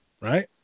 right